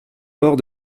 bords